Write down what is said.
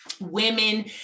women